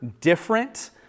different